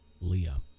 Leah